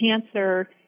cancer